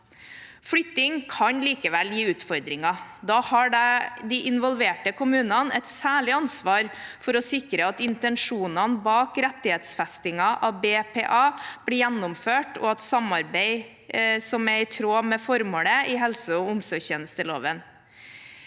Flytting kan likevel gi utfordringer. Da har de involverte kommunene et særlig ansvar for å sikre at intensjonene bak rettighetsfestingen av BPA blir gjennomført, og sikre et samarbeid som er i tråd med formålet i helse- og omsorgstjenesteloven.